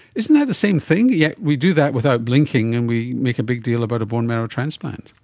isn't that the same thing? yeah we do that without blinking and we make a big deal about a bone marrow transplant.